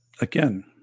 again